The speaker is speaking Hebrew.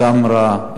תמרה,